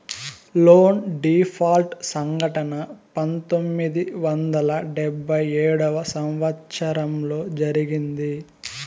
loan default సంఘటన పంతొమ్మిది వందల డెబ్భై ఏడవ సంవచ్చరంలో జరిగింది